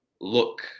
look